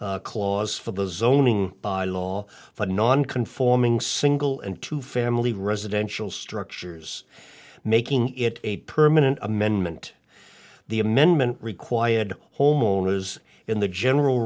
sunset clause for those owning by law for non conforming single and to family residential structures making it a permanent amendment the amendment required homeowners in the general